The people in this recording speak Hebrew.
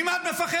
ממה את מפחדת?